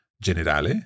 generale